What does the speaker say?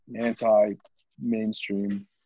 anti-mainstream